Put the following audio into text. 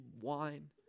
wine